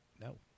No